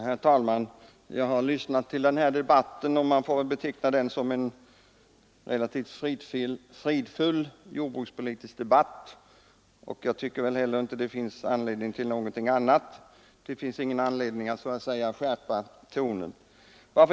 Herr talman! Jag har lyssnat på den här debatten. Man får väl beteckna den som en relativt fridfull jordbrukspolitisk debatt, och jag tycker att det inte heller finns anledning att så att säga skärpa tonen.